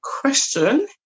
question